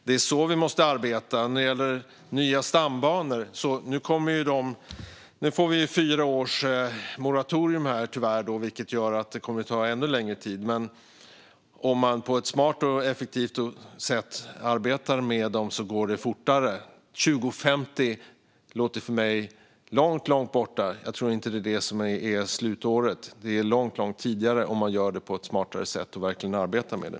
Det är så vi måste arbeta när det gäller nya stambanor. Nu får vi tyvärr fyra års moratorium, vilket gör att det kommer att ta ännu längre tid. Men om man på ett smart och effektivt sätt arbetar med dem går det fortare. År 2050 låter för mig långt borta. Jag tror inte att det är slutåret. Det är långt tidigare om man gör det på ett smartare sätt och verkligen arbetar med det.